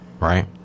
right